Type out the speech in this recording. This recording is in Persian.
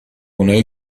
آنهایی